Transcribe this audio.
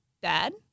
bad